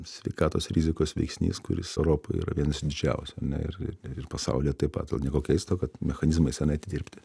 sveikatos rizikos veiksnys kuris europoj yra vienas didžiausių ar ne ir ir pasaulyje taip pat o nieko keisto kad mechanizmai senai atidirbti